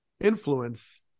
influence